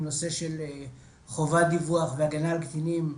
עם נושא של חובת דיווח והגנה על קטינים,